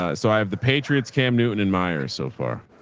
ah so i have the patriots cam newton and meyer so far.